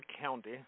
county